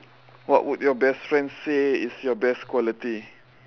what would your best friend say is your best quality